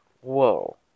Whoa